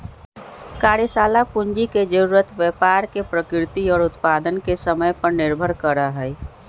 कार्यशाला पूंजी के जरूरत व्यापार के प्रकृति और उत्पादन के समय पर निर्भर करा हई